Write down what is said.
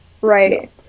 right